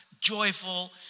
joyful